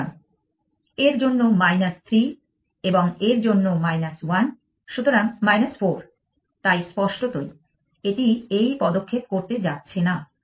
সুতরাং এর জন্য 3 এবং এর জন্য 1 সুতরাং 4 তাই স্পষ্টতই এটি এই পদক্ষেপ করতে যাচ্ছে না